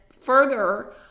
further